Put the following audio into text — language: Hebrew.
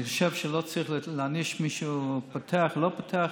אני חושב שלא צריך להעניש מישהו שפותח או לא פותח.